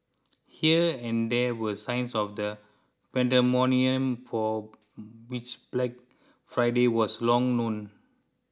here and there were signs of the pandemonium for which Black Friday was long known